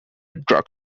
drug